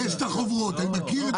יש את החוברות, אני מכיר את המצגות.